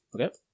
Okay